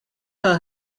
her